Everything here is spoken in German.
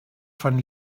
von